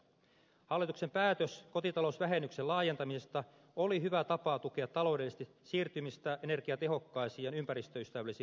hallituksen päätös kotitalousvähennyksen laajentamisesta oli hyvä tapa tukea taloudellisesti siirtymistä energiatehokkaisiin ja ympäristöystävällisiin lämmitysjärjestelmiin